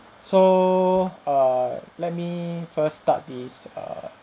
so err let me first start this err